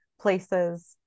places